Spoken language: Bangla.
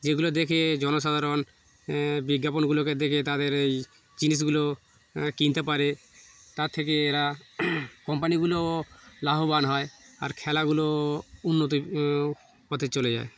যেগুলো দেখে জনসাধারণ বিজ্ঞাপনগুলোকে দেখে তাদের এই জিনিসগুলো কিনতে পারে তার থেকে এরা কোম্পানিগুলোও লাভবান হয় আর খেলাগুলো উন্নতির পথে চলে যায়